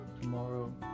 tomorrow